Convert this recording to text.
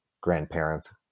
grandparents